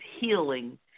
healing